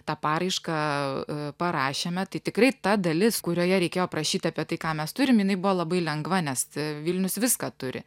tą paraišką parašėme tai tikrai ta dalis kurioje reikėjo aprašyt apie tai ką mes turim jinai buvo labai lengva nes vilnius viską turi